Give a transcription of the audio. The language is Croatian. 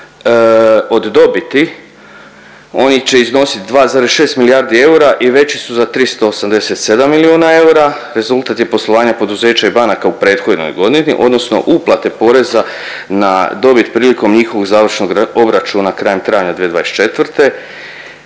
od dobiti, oni će iznosit 2,6 milijardi eura i veći su za 387 milijuna eura, rezultat je poslovanja poduzeća i banaka u prethodnoj godini odnosno uplate poreza na dobit prilikom njihovog završnog obračuna krajem travnja 2024..